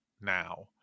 now